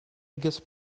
biggest